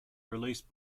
released